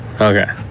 Okay